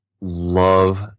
love